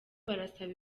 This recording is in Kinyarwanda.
barasaba